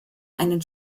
einen